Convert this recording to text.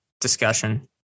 discussion